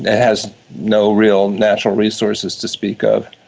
has no real natural resources to speak of.